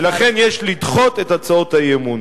ולכן יש לדחות את הצעות האי-אמון.